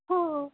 हो